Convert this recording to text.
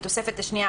בתוספת השנייה,